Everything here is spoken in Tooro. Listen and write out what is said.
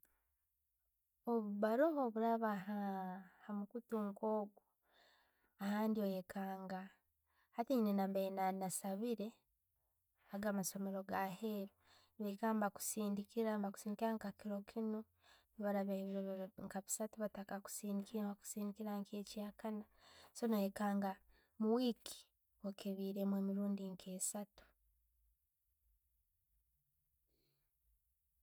Oburahuha oburaba ha mukutu nkogwo ahandi oyekanga, hati niina nambiri nasabiire, ago amasommero agaheeru, nibakusindiikira, nebakusindikiira nka kiro kinu, ne barabyayo ebiiru nka bisaatu batakakusindikiire. Ne' bakusindikira nka ekyakaana kukanga omuweeki nkeberemu emirundi nke esaatu.